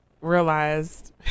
realized